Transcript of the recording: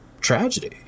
tragedy